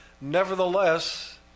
nevertheless